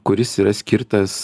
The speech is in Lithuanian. kuris yra skirtas